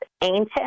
ancient